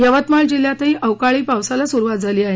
यवतमाळ जिल्ह्यातही अवकाळी पावसाला सुरुवात झाली आहे